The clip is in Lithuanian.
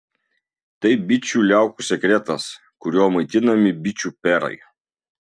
tai bičių liaukų sekretas kuriuo maitinami bičių perai